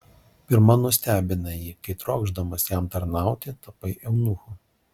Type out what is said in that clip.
pirma nustebinai jį kai trokšdamas jam tarnauti tapai eunuchu